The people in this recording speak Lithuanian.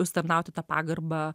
užsitarnauti tą pagarbą